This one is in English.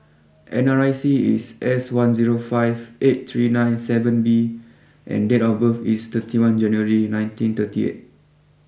N R I C is S one zero five eight three nine seven B and date of birth is thirty one January nineteen thirty eight